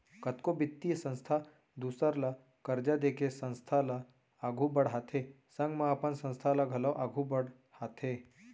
कतको बित्तीय संस्था दूसर ल करजा देके संस्था ल आघु बड़हाथे संग म अपन संस्था ल घलौ आघु बड़हाथे